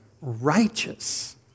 righteous